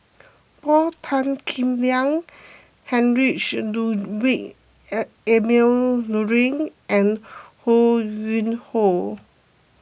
Paul Tan Kim Liang Heinrich Ludwig Emil Luering and Ho Yuen Hoe